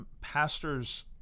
pastors